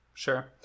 Sure